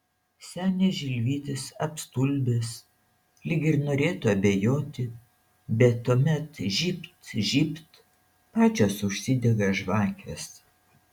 senis žilvytis apstulbęs lyg ir norėtų abejoti bet tuomet žybt žybt pačios užsidega žvakės